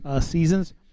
seasons